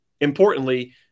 importantly